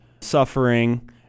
suffering